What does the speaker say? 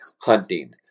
hunting